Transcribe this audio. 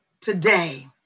today